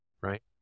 right